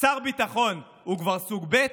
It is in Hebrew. שר ביטחון הוא כבר סוג ב',